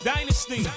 Dynasty